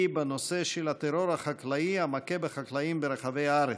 היא בנושא: הטרור החקלאי המכה בחקלאים ברחבי הארץ,